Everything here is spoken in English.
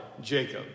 Jacob